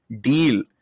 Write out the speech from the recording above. deal